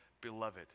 beloved